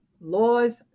laws